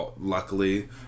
luckily